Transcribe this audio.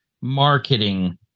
marketing